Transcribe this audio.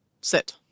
Sit